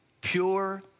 pure